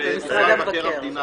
במשרד מבקר המדינה